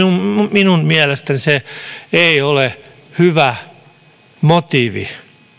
minun mielestäni se ei ole hyvä motiivi